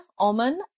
Oman